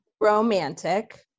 romantic